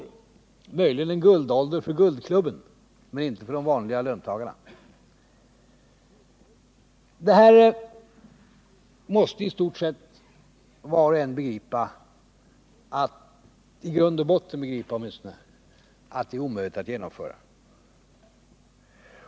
Det är möjligen en guldålder för Guldklubben, men inte för de vanliga löntagarna. I stort sett var och en måste i grund och botten begripa att detta är omöjligt att genomföra.